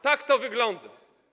Tak to wygląda.